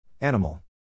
Animal